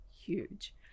huge